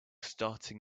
starting